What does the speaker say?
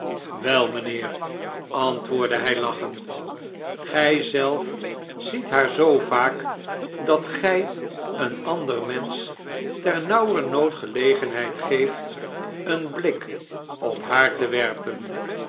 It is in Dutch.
wel mynheer antwoordde hy lachend tf gij zelf ziet haar zoo vaak dat gjj een ander mensch ternauwernood gelegenheid geeft een blik op haar te werpen